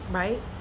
right